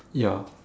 ya